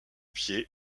pied